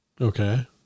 Okay